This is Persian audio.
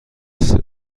سرم